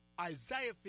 Isaiah